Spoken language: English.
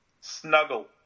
Snuggle